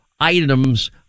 items